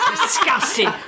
disgusting